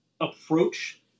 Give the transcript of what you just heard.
approach